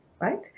right